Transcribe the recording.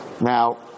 Now